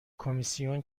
کمیسیون